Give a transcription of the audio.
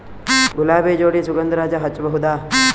ಗುಲಾಬಿ ಜೋಡಿ ಸುಗಂಧರಾಜ ಹಚ್ಬಬಹುದ?